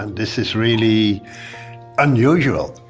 and this is really unusual.